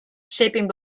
shaping